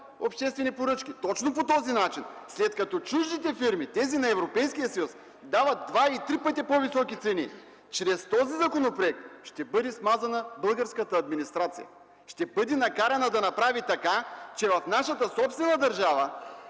обществени поръчки? Точно по този начин! След като чуждите фирми – тези на Европейския съюз, дават два и три пъти по-високи цени, чрез този законопроект ще бъде смазана българската администрация, ще бъде накарана да направи така, че в нашата собствена държава